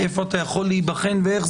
איפה אתה יכול להיבחן ואיך,